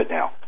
now